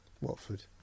Watford